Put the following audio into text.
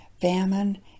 famine